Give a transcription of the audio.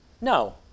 No